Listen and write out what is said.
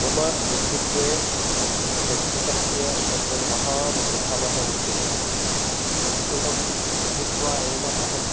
मम व्यक्तित्वे संस्कृतस्य कश्चन महान् प्रभावः विद्यते संस्कृतं पठित्वा एव अहं